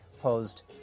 posed